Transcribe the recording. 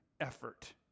effort